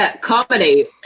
Comedy